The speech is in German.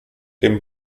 dem